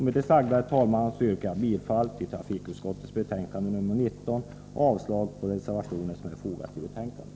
Med det sagda, herr talman, yrkar jag bifall till trafikutskottets hemställan i betänkande 19 och avslag på den reservation som är fogad till betänkandet.